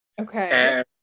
Okay